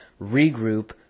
regroup